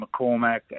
McCormack